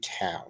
town